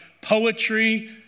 poetry